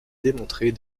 démontrer